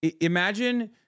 imagine